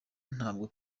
ntabwo